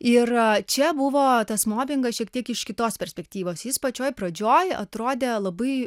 ir čia buvo tas mobingas šiek tiek iš kitos perspektyvos jis pačioj pradžioj atrodė labai